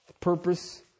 Purpose